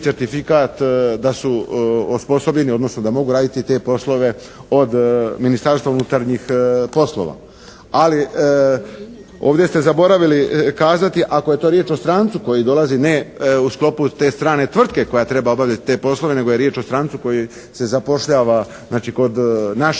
da su osposobljeni odnosno da mogu raditi te poslove od Ministarstva unutarnjih poslova. Ali, ovdje ste zaboravili kazati ako je to riječ o strancu koji dolazi ne u sklopu te strane tvrtke koja treba obavljati te poslove nego je riječ o strancu koji se zapošljava znači, kod naše